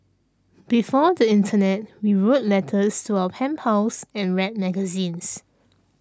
before the internet we wrote letters to our pen pals and read magazines